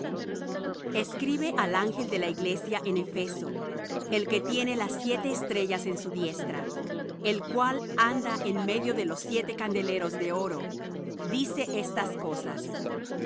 escribe al ángel de la iglesia en efeso el que tiene las siete estrellas en su diestra el cual anda en medio de los siete candeleros de oro dice estas cosas